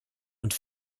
und